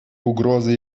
угроза